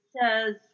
says